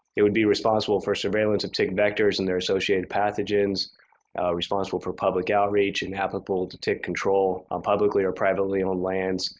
it would be responsible for surveillance of tick vectors and their associated pathogens responsible for public outreach and applicable to take control on publicly or privately-owned lands.